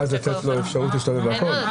אז נותנים לבן אדם אפשרות להסתובב בכל הקניון.